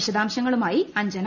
വിശദാംശങ്ങളുമായി അഞ്ജന